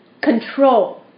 Control